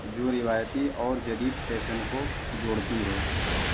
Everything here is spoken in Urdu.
جو روایتی اور جدید فیشن کو جوڑتی ہے